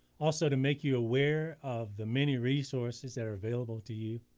also to make you aware of the many resources that are available to you,